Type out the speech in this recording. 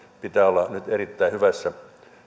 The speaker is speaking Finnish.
pitää olla nyt erittäin hyvässä